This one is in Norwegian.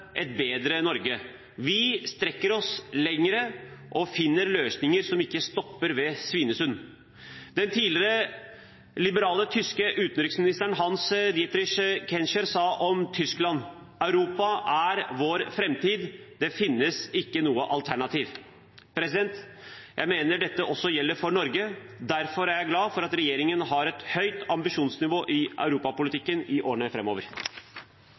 et bedre Norge. Vi strekker oss lenger og finner løsninger som ikke stopper ved Svinesund. Den liberale tidligere tyske utenriksministeren Hans-Dietrich Genscher sa om Tyskland: Europa er vår framtid. Det finnes ikke noe alternativ. Jeg mener dette også gjelder for Norge. Derfor er jeg glad for at regjeringen har et høyt ambisjonsnivå i Europa-politikken i årene